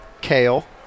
Kale